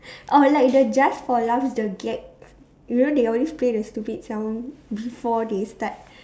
oh like the just for laughs the gag you know they always play the stupid song before they start